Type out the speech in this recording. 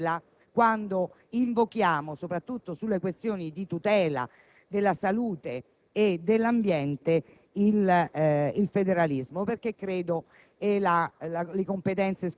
e maggiore cautela quando invochiamo, soprattutto sulle questioni di tutela della salute e dell'ambiente, il federalismo e la